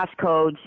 passcodes